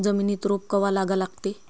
जमिनीत रोप कवा लागा लागते?